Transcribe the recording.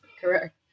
correct